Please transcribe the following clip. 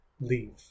leave